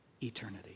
eternity